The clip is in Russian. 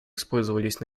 использовались